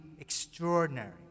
extraordinary